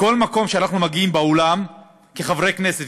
בכל מקום שאנחנו מגיעים אליו בעולם כחברי כנסת,